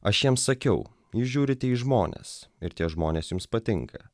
aš jiem sakiau jūs žiūrite į žmones ir tie žmonės jums patinka